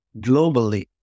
globally